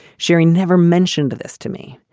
sherry never mentioned this to me.